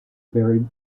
buried